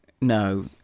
No